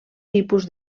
tipus